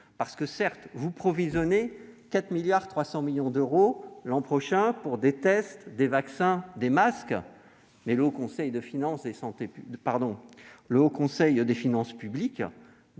la crise. Certes, vous provisionnez 4,3 milliards d'euros pour 2021 pour des tests, des vaccins et des masques, mais le Haut Conseil des finances publiques